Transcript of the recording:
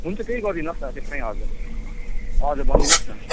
हुन्छ त्यही गरिदिनु होस् न त्यसमै आउँछौँ हजुर भनिदिनु होस् न